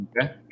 Okay